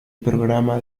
programa